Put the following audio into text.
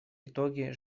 итоги